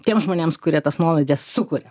tiems žmonėms kurie tas nuolaidas sukuria